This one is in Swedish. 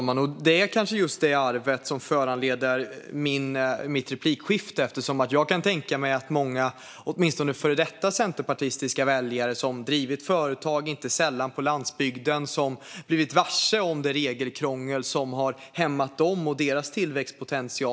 Fru talman! Det är kanske just detta arv som föranleder mina repliker. Jag tänker på många, åtminstone före detta, centerpartistiska väljare som har drivit företag, inte sällan på landsbygden, och blivit varse det regelkrångel som har hämmat dem och deras tillväxtpotential.